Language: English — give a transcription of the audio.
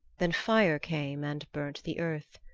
then fire came and burnt the earth.